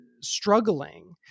struggling